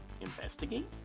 investigate